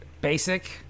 basic